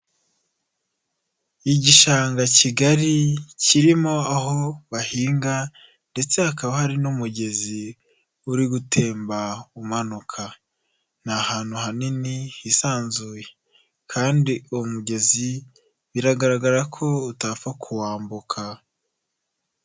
Igishanga kigali kirimo aho bahinga, ndetse hakaba hari n'umugezi uri gutemba umanuka, ni ahantutu hanini hisanzuye, kandi uwo mugezi biragaragara ko utapfa kuwambuka.